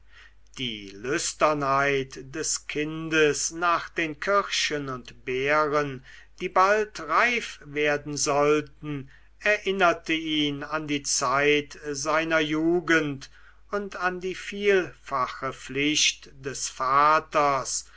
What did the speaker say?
die lüsternheit des kindes nach den kirschen und beeren die bald reif werden sollten erinnerte ihn an die zeit seiner jugend und an die vielfache pflicht des vaters